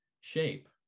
shape